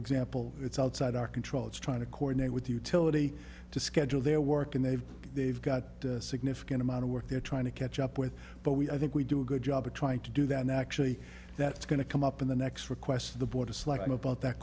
example it's outside our control it's trying to coordinate with the utility to schedule their work and they've they've got a significant amount of work they're trying to catch up with but we i think we do a good job of trying to do that and actually that's going to come up in the next request of the board is like i know about that